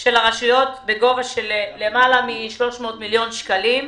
של הרשויות בגובה של למעלה מ-300 מיליון שקלים.